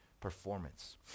performance